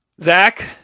Zach